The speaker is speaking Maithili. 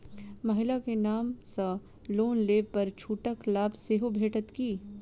महिला केँ नाम सँ लोन लेबऽ पर छुटक लाभ सेहो भेटत की?